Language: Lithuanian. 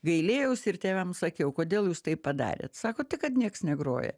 gailėjausi ir tėvam sakiau kodėl jūs taip padarėt sako tai kad nieks negroja